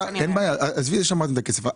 עזבי שמרתם את הכסף.